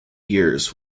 years